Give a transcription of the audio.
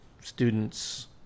students